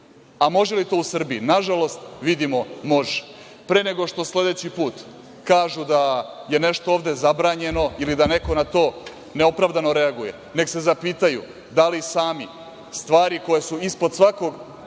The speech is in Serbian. A može li to u Srbiji? Nažalost, vidimo da može. Pre nego što sledeći put kažu da je nešto ovde zabranjeno ili da neko ovde na to neopravdano reaguje, nek se zapitaju da li sami stvari koje su ispod svakog